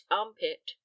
armpit